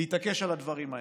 בהתעקשות על הדברים האלה.